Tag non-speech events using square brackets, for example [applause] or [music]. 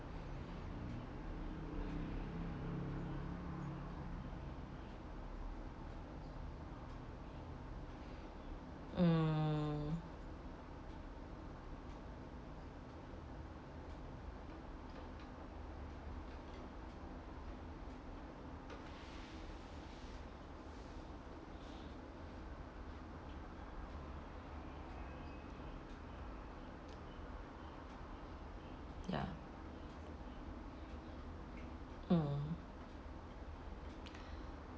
mm ya mm [breath]